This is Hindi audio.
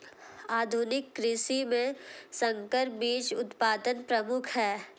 आधुनिक कृषि में संकर बीज उत्पादन प्रमुख है